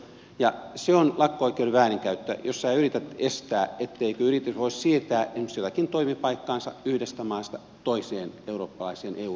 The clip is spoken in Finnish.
se on lakko oikeuden väärinkäyttöä jos yrität estää etteikö yritys voisi siirtää esimerkiksi jotakin toimipaikkaansa yhdestä maasta toiseen eurooppalaiseen eu jäsenmaahan